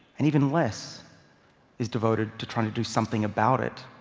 and even less is devoted to trying to do something about it.